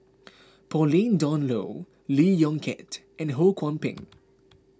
Pauline Dawn Loh Lee Yong Kiat and Ho Kwon Ping